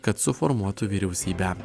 kad suformuotų vyriausybę